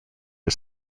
are